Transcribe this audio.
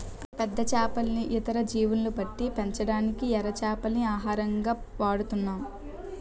పెద్ద చేపల్ని, ఇతర జీవుల్ని పట్టి పెంచడానికి ఎర చేపల్ని ఆహారంగా వాడుతున్నాం